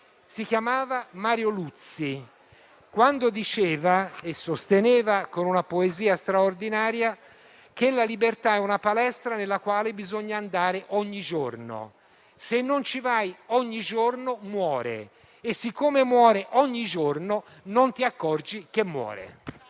si chiamava Mario Luzi - quando sosteneva, con una poesia straordinaria, che la libertà è una palestra nella quale bisogna andare ogni giorno. Se non ci vai ogni giorno, muore e, siccome muore ogni giorno, non ti accorgi che muore.